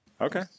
Okay